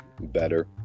better